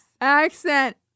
accent